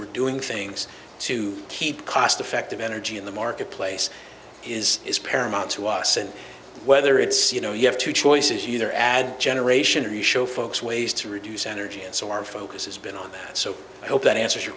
we're doing things to keep cost effective energy in the marketplace is is paramount to us and whether it's you know you have two choices either add generation or you show folks ways to reduce energy and so our focus has been on so i hope that answers your